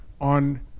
on